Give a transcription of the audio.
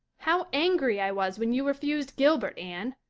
how angry i was when you refused gilbert, anne.